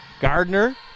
Gardner